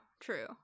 true